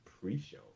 pre-show